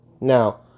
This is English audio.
Now